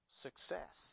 success